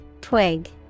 Twig